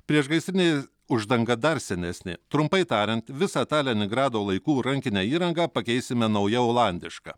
priešgaisrinė uždanga dar senesnė trumpai tariant visą tą leningrado laikų rankinę įrangą pakeisime nauja olandiška